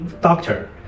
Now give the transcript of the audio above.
doctor